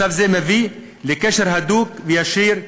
מצב זה מביא לקשר הדוק וישיר,